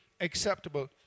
acceptable